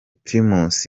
primus